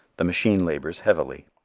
the machine labors heavily.